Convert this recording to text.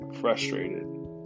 frustrated